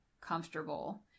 comfortable